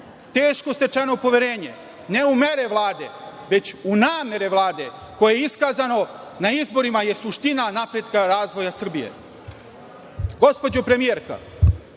Teško stečeno poverenje, ne u mere Vlade, već u namere Vlade, koje je iskazano na izborima je suština napretka razvoja Srbije. Gospođo